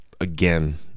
Again